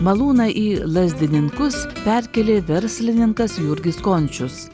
malūną į lazdininkus perkėlė verslininkas jurgis končius